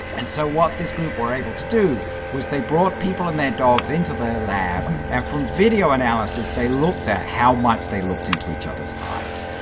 and so what this group were able to do was they brought people and their dogs into their lab. and from video analysis, they looked at how much they looked into each other's eyes.